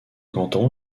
canton